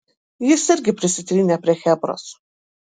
jis irgi prisitrynė prie chebros